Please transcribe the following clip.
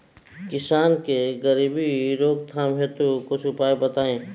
किसान के गरीबी रोकथाम हेतु कुछ उपाय बताई?